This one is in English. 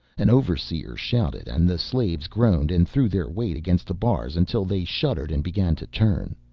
an overseer shouted and the slaves groaned and threw their weight against the bars until they shuddered and began to turn,